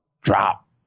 Drop